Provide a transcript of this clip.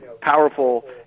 powerful